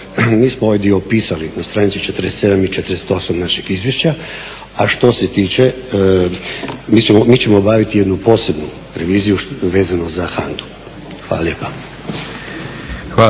Mi smo ovaj dio opisali na stranici 47 i 48 našeg izvješća, a što se tiče mi ćemo obaviti jednu posebnu reviziju vezano za HANDA-u. Hvala lijepa.